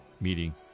meeting